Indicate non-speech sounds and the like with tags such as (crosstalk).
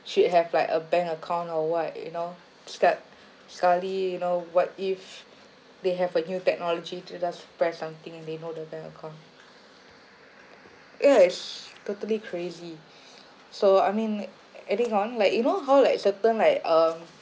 should have like a bank account or what you know seka sekali you know what if they have a new technology to just press something and they know the bank account yes totally crazy so I mean adding on like you know how like certain like um (noise)